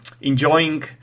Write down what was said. enjoying